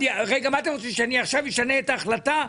רגע, מה אתם רוצים, שאני עכשיו אשנה את ההחלטה?